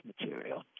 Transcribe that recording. material